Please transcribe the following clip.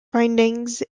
findings